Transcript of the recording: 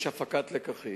יש הפקת לקחים.